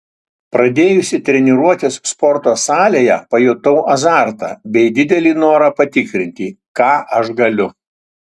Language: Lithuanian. pradėjusi treniruotis sporto salėje pajutau azartą bei didelį norą patikrinti ką aš galiu